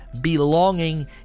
belonging